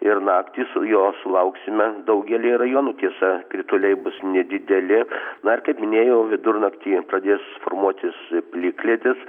ir naktį su juo sulauksime daugelyje rajonų tiesa krituliai bus nedideli dar kaip minėjau vidurnaktį pradės formuotis plikledis